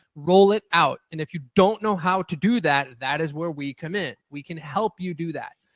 roll it out. and if you don't know how to do that, that is where we come in. we can help you do that.